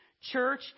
Church